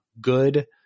good